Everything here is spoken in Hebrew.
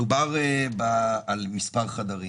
מדובר על מספר חדרים.